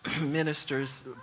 ministers